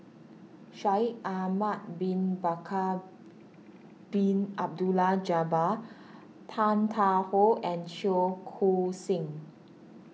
Shaikh Ahmad Bin Bakar Bin Abdullah Jabbar Tan Tarn How and Cheong Koon Seng